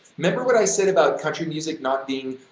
remember what i said about country music not being,